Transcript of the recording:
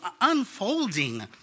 unfolding